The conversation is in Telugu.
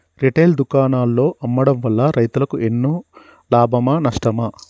రిటైల్ దుకాణాల్లో అమ్మడం వల్ల రైతులకు ఎన్నో లాభమా నష్టమా?